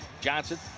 Johnson